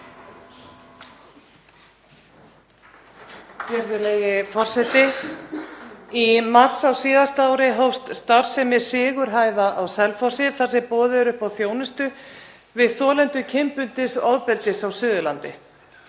Virðulegi forseti. Í mars á síðasta ári hófst starfsemi Sigurhæða á Selfossi þar sem boðið er upp á þjónustu við þolendur kynbundins ofbeldis á Suðurlandi.